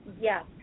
yes